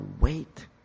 Wait